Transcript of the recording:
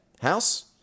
House